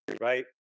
right